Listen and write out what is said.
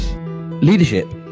Leadership